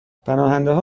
پناهندهها